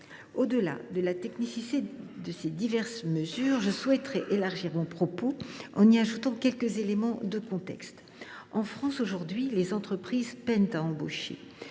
Au delà de la technicité de ces diverses mesures, je souhaite élargir mon propos en y ajoutant quelques éléments de contexte. En France, aujourd’hui, les entreprises peinent à embaucher.